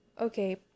Okay